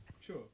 Sure